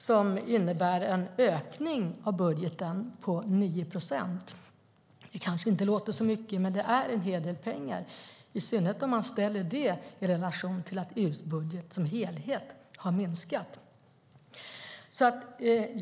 Det innebär en ökning av budgeten på 9 procent. Det kanske inte låter så mycket, men det är en hel del pengar, i synnerhet om man ställer det i relation till att EU:s budget som helhet har minskat.